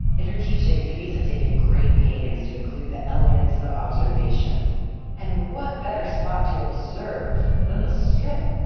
in her teaching denise had taken great pains to include the elements of observation and what better spot to observe than the strip.